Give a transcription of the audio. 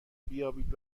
بیابید